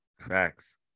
facts